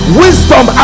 wisdom